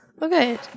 Okay